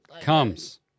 comes